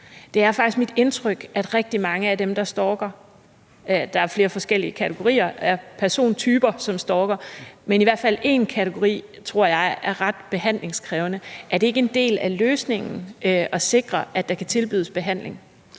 Det er faktisk mit indtryk, at rigtig mange af dem, der stalker – der er flere forskellige kategorier af persontyper, som stalker – og i hvert fald én kategori, tror jeg, er ret behandlingskrævende. Er det ikke en del af løsningen at sikre, at der kan tilbydes behandling?